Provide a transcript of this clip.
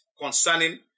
concerning